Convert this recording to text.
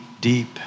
deep